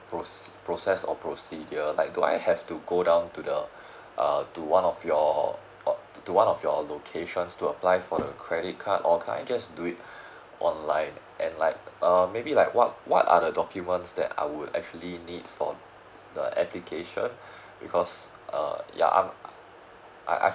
proce~ process or procedure like do I have to go down to the uh to one of your uh to one of your locations to apply for a credit card or can I just do it online and like um maybe like what what are the documents that I would actually need for the application because uh ya I'm I I've